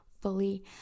fully